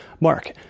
Mark